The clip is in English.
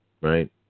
right